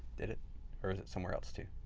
did it or is it somewhere else too?